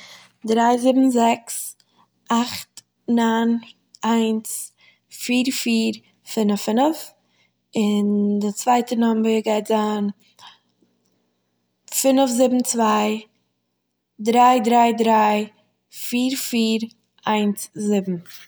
דריי זיבן זעקס אכט ניין איינס פיר פיר פינף פינף, און די צווייטע נאמבער גייט זיין: פינף זיבן צוויי דריי דריי דריי פיר פיר איינס זיבן